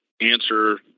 answer